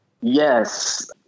Yes